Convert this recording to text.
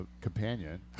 companion